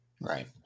Right